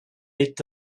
est